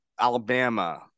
Alabama